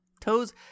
Toes